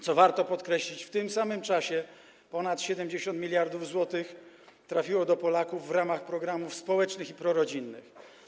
Co warto podkreślić, w tym samym czasie ponad 70 mld zł trafiło do Polaków w ramach programów społecznych i prorodzinnych.